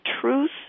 truth